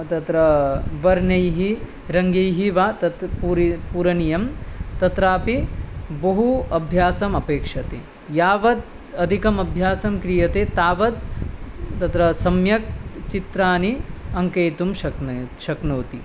तत्र वर्णैः रङ्गैः वा तत् पूर पूरणीयं तत्रापि बहु अभ्यासम् अपेक्षते यावद् अधिकम् अभ्यासं क्रियते तावत् तत्र सम्यक् चित्राणि अङ्कयितुं शक्नय् शक्नोति